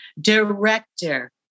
director